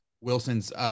Wilson's –